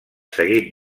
seguit